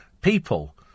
people